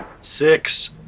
Six